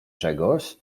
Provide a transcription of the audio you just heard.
czegoś